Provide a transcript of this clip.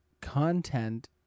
content